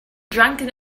drunken